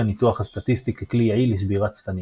הניתוח הסטטיסטי ככלי יעיל לשבירת צפנים.